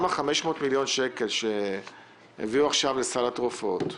גם ה-500 מיליון שקל שהעבירו עכשיו לסל התרופות,